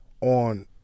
on